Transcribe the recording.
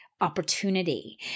opportunity